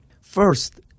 first